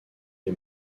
les